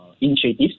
initiatives